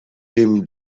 dem